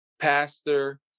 pastor